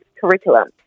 curriculum